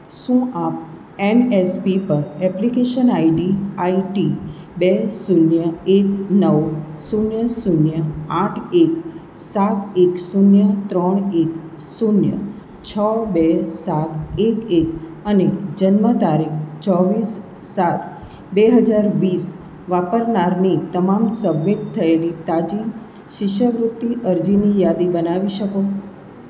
શું આપ N S P પર એપ્લિકેશન આઈડી આઇ ટી બે શૂન્ય એક નવ શૂન્ય શૂન્ય આઠ એક સાત એક શૂન્ય ત્રણ એક શૂન્ય છ બે સાત એક એક અને જન્મ તારીખ ચોવીસ સાત બે હજાર વીસ વાપરનારની તમામ સબમિટ થયેલી તાજી શિષ્યવૃતિ અરજીની યાદી બનાવી શકો